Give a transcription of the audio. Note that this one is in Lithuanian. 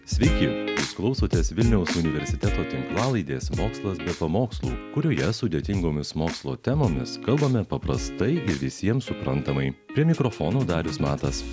sveiki jūs klausotės vilniaus universiteto tinklalaidės mokslas be pamokslų kurioje sudėtingomis mokslo temomis kalbame paprastai ir visiem suprantamai prie mikrofono darius matas